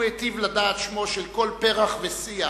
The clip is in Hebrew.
הוא היטיב לדעת שמו של כל פרח ושיח